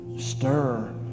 stir